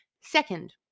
second